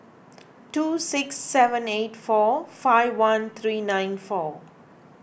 two six seven eight four five one three nine four